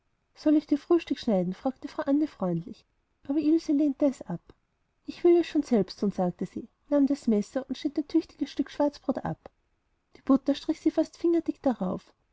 soll ich dir frühstück schneiden fragte frau anne freundlich aber ilse lehnte es ab ich will es schon selbst thun sagte sie nahm das messer und schnitt sich ein tüchtiges stück schwarzbrot ab die butter strich sie fast fingerdick darauf